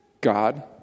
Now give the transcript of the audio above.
God